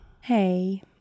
Hey